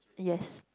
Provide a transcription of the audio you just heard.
yes